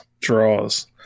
Draws